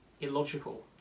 illogical